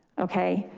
okay,